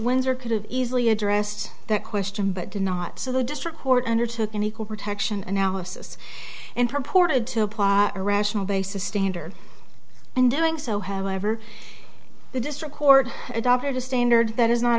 windsor could have easily addressed that question but did not so the district court under took in equal protection and now assists and purported to apply a rational basis standard and doing so however the district court adopted a standard that is not